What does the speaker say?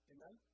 Amen